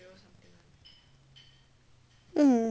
um jessie what did you do